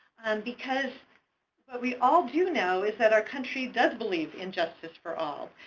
because what we all do know is that our country does believe in justice for all.